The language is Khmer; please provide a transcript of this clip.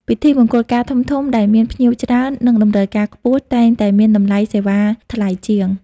ពិធីមង្គលការធំៗដែលមានភ្ញៀវច្រើន និងតម្រូវការខ្ពស់ តែងតែមានតម្លៃសេវាថ្លៃជាង។